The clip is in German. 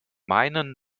meinen